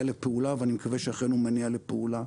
לפעולה ואני מקווה שהוא אכן מניע לפעולה.